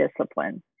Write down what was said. discipline